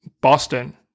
Boston